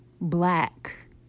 Black